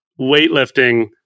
weightlifting